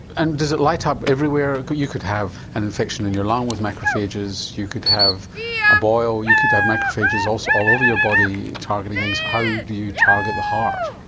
and does it light ah up everywhere? you could have an infection in your lung with macrophages, you could have a boil, you could have macrophages all so all over your body targeting things, how do you target the heart?